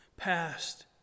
Past